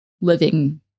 living